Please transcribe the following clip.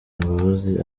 imbabazi